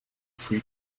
free